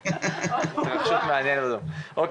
שמבחינתי הוא השקף הכי